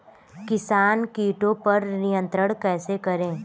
किसान कीटो पर नियंत्रण कैसे करें?